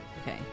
Okay